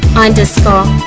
underscore